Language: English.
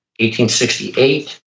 1868